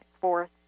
fourth